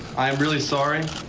i'm really sorry